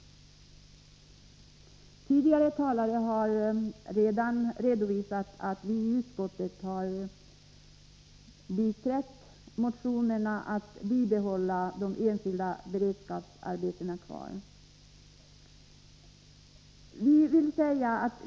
Tidigare talare har redan redovisat att utskottet biträtt motionerna om att bibehålla enskilda beredskapsarbeten.